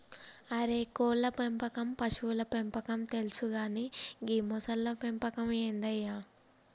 అరే కోళ్ళ పెంపకం పశువుల పెంపకం తెలుసు కానీ గీ మొసళ్ల పెంపకం ఏందయ్య